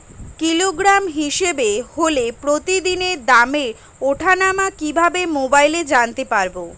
Kilogram হিসাবে হলে প্রতিদিনের দামের ওঠানামা কিভাবে মোবাইলে জানতে পারবো?